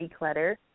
declutter